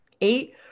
Eight